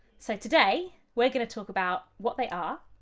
so today we're going to talk about what they are,